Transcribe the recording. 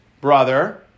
brother